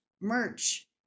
merch